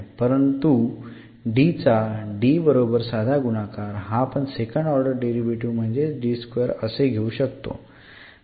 परंतु चा बरोबर साधा गुणाकार हा पण सेकंड ऑर्डर डेरीवेटीव्ह म्हणजेच असे घेऊ शकतो